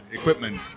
equipment